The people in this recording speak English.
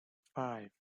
five